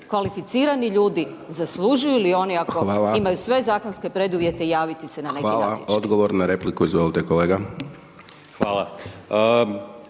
Kvalificirani ljudi, zaslužuju li oni ako imaju sve zakonske preduvjete javiti se na neki natječaj. **Hajdaš Dončić, Siniša (SDP)** Hvala